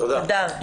תודה.